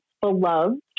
beloved